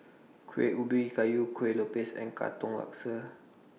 Kuih Ubi Kayu Kueh Lopes and Katong Laksa